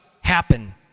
happen